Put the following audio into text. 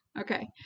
Okay